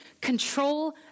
control